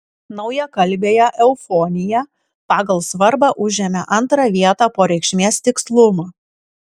naujakalbėje eufonija pagal svarbą užėmė antrą vietą po reikšmės tikslumo